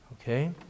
Okay